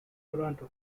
toronto